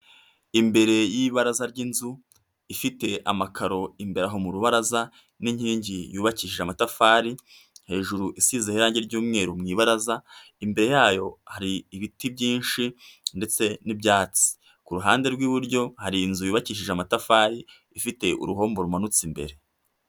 Imbere y'ibaraza ry'inzu, ifite amakaro imbere aho mu rubaraza, n'inkingi yubakishije amatafari, hejuru isize irangi ry'umweru, mu ibaraza imbere yayo hari ibiti byinshi ndetse n'ibyatsi, kuhande rw'iburyo hari inzu yubakishije amatafari ifite uruhombo rumanutse imbere.